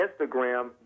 Instagram